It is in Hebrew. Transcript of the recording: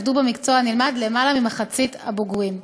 עבדו במקצוע הנלמד יותר ממחצית הבוגרים.